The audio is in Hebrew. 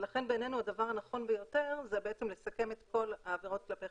ולכן בעינינו הדבר הנכון ביותר הוא לסכם את כל העבירות כלפי